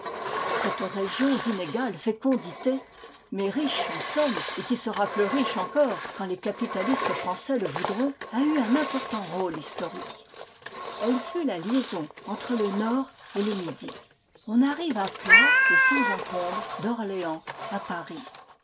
cette région d'inégale fécondité mais riche en somme et qui sera plus riche encore quand les capitalistes français le voudront a eu un important rôle historique elle fut la liaison entre le nord et le midi on arrive à plat et sans encombre d'orléans à paris